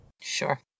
Sure